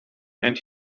and